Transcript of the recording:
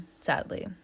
sadly